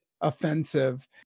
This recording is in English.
offensive